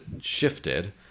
shifted